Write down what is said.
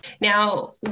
Now